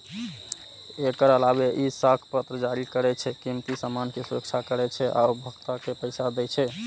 एकर अलावे ई साख पत्र जारी करै छै, कीमती सामान के सुरक्षा करै छै आ उपभोक्ता के पैसा दै छै